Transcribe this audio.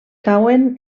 cauen